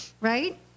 Right